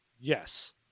Yes